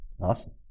awesome